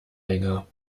länger